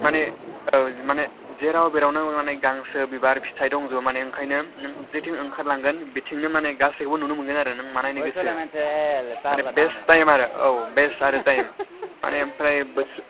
माने औ माने जेराव बेरावनो माने गांसो बिबार फिथाइ दंजोबो माने ओंखायनो जेथिं ओंखारलांगोन बेथिंनो माने गासैखौबो नुनो मोनगोन आरो नों मा नायनो गोसो आरो बेस्ट टाइम आरो बेस्ट आरो टाइम माने आमफ्राय बो